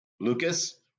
Lucas